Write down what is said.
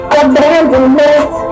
abandonment